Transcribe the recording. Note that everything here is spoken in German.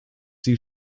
sie